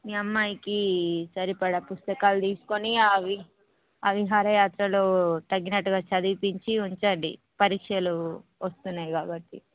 మీ అమ్మాయికి సరిపడ పుస్తకాలు తీసుకొని ఆ వి ఆ విహారయాత్రలో తగినట్టుగా చదువించి ఉంచండి పరీక్షలు వస్తున్నాయి కాబట్టి